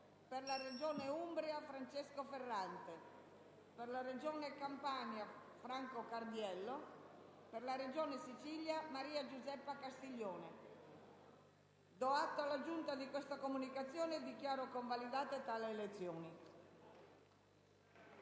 per la Regione Umbria, Francesco Ferrante; per la Regione Campania, Franco Cardiello; per la Regione Sicilia, Maria Giuseppa Castiglione. Do atto alla Giunta di questa comunicazione e dichiaro convalidate tali elezioni